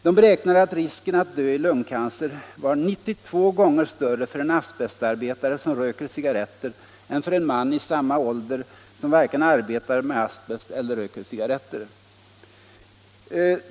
Man beräknade att risken att dö i lungcancer var 92 gånger större för en asbestarbetare som röker cigarretter än för en man i samma ålder som varken arbetar med asbest eller röker cigarretter.